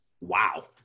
Wow